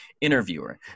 Interviewer